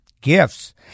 Gifts